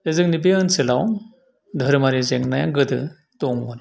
बे जोंनि बे ओनसोलाव धोरोमारि जेंनाया गोदो दंमोन